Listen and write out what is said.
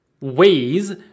ways